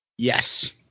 Yes